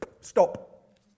Stop